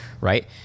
Right